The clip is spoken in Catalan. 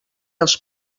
els